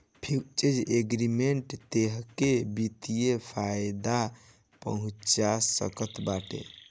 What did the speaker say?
futures agreement तोहके वित्तीय फायदा पहुंचा सकत बाटे